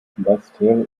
basseterre